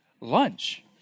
lunch